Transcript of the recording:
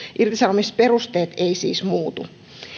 irtisanomisperusteet eivät siis muutu